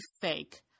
fake